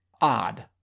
odd